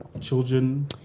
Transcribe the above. children